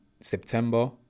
September